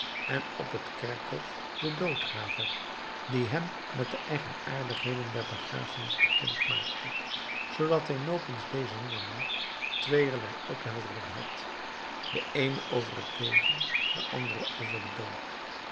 en op het kerkhof den doodgraver die hem met de eigenaardigheden der begrafenis bekend maakte zoodat hij nopens deze nonnen tweeërlei opheldering had de eene over het leven de andere over den dood